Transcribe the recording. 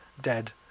dead